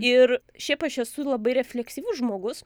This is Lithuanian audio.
ir šiaip aš esu labai refleksyvus žmogus